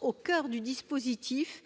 au coeur du dispositif